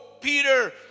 Peter